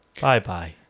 Bye-bye